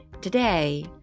Today